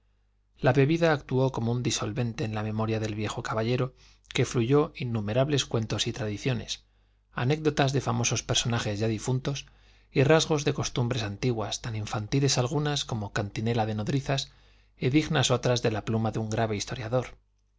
la bebida actuó como un disolvente en la memoria del viejo caballero que fluyó innumerables cuentos y tradiciones anécdotas de famosos personajes ya difuntos y rasgos de costumbres antiguas tan infantiles algunas como cantinela de nodrizas y dignas otras de la pluma de un grave historiador